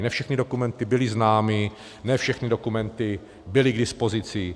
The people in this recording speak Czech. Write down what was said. Ne všechny dokumenty byly známy, ne všechny dokumenty byly k dispozici.